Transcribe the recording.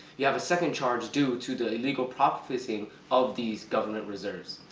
you have a second charge due to the illegal profiting of these government reserves.